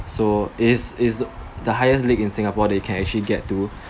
so it is it is actually the highest league in Singapore that you can actually get to